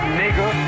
nigga